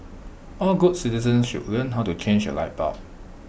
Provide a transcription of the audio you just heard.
all good citizens should learn how to change A light bulb